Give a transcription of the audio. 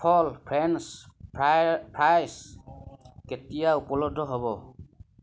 সফল French fries কেতিয়া উপলব্ধ হ'ব